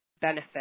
benefit